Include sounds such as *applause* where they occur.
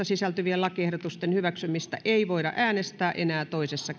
*unintelligible* sisältyvien lakiehdotusten hyväksymisestä ei voida äänestää enää toisessa *unintelligible*